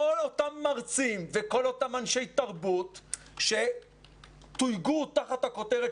כל אותם מרצים וכל אותם אנשי תרבות שתויגו תחת הכותרת